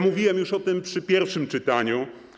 Mówiłem już o tym przy pierwszym czytaniu.